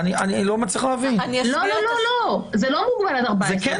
אני מבין שאתן